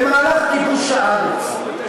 בכיבוש הארץ,